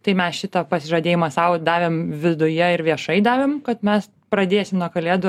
tai mes šitą pasižadėjimą sau davėm viduje ir viešai davėm kad mes pradėsim nuo kalėdų